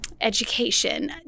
education